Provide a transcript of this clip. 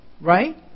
Right